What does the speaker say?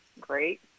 great